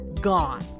gone